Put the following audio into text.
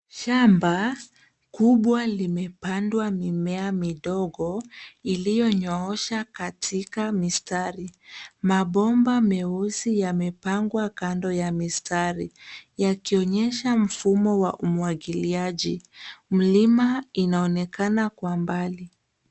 Shamba kubwa limepandwa mimea midogo iliyonyoosha katika mistari. Mabomba meusi yamepangwa kando ya mistari yakionyesha mfumo wa umwagiliaji. Mlima inaonekana kwa mbali.